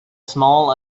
small